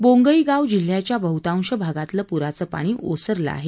बोंगईगांव जिल्ह्याच्या बहुतांश भागातलं पुराचं पाणी ओसरलं आहे